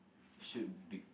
should be